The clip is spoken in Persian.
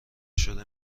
شده